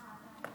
א.